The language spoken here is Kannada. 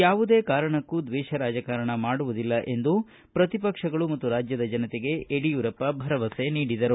ಯಾವುದೇ ಕಾರಣಕ್ಕೂ ದ್ವೇಷ ರಾಜಕಾರಣ ಮಾಡುವುದಿಲ್ಲ ಎಂದು ಪ್ರತಿಪಕ್ಷಗಳಿಗೆ ಮತ್ತು ರಾಜ್ಯದ ಜನತೆಗೆ ಯಡಿಯೂರಪ್ಪ ಭರವಸೆ ನೀಡಿದರು